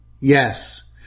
Yes